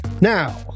Now